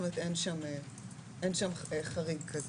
זאת אומרת אין שם חריג כזה.